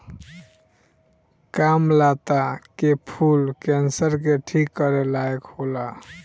कामलता के फूल कैंसर के ठीक करे लायक होला